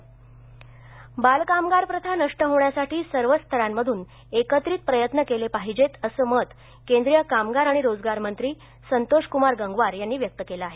गंगवार बालकामगार प्रथा नष्ट होण्यासाठी सर्वच स्तरांमधून एकत्रित प्रयत्न झाले पाहिजेत असं मत केंद्रीय कामगार आणि रोजगार मंत्री संतोषक्मार गंगवार यांनी व्यक्त केलं आहे